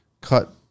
cut